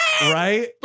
Right